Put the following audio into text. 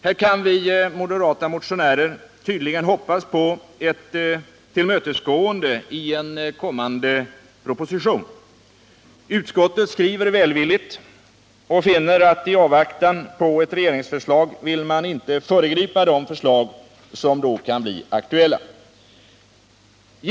Här kan vi moderata motionärer tydligen hoppas på ett tillmötesgående i en kommande proposition. Utskottet skriver välvilligt och finner att i avvaktan på ett regeringsförslag vill man inte föregripa de förslag som då kan bli aktuella.